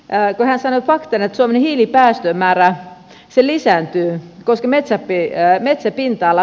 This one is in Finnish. käytännössä jopa perez hiilipäästöjen määrä lisääntyy koska metsäpinta ala pienenee